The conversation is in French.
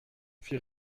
fit